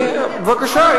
בבקשה,